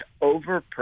over